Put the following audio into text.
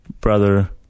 brother